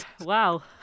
wow